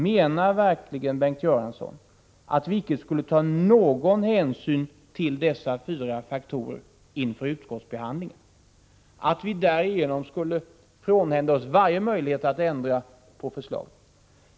Menar verkligen Bengt Göransson att vi icke skulle ta någon hänsyn till dessa fyra faktorer inför utskottsbehandlingen och därigenom frånhända oss varje möjlighet att ändra på förslaget?